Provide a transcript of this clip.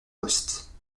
poste